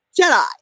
Jedi